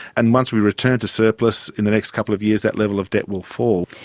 and once we return to surplus in the next couple of years that level of debt will fall.